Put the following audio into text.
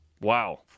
Wow